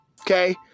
Okay